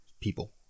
People